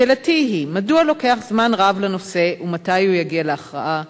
שאלתי היא: מדוע לוקח זמן רב לעסוק בנושא ומתי הוא יגיע להכרעה?